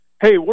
Hey